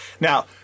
Now